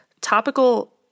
topical